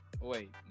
Wait